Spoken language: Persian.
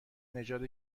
نژاد